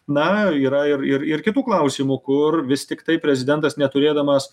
na yra ir ir ir kitų klausimų kur vis tiktai prezidentas neturėdamas